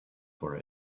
for